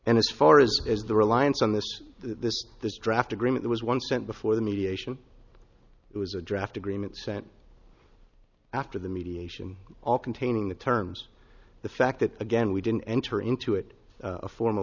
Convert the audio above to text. and as far as as the reliance on this this this draft agreement was one sent before the mediation it was a draft agreement sent after the mediation all containing the terms the fact that again we didn't enter into it a formal